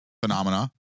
Phenomena